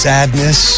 Sadness